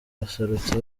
baserutse